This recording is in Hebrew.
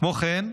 כמו כן,